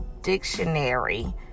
dictionary